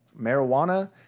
marijuana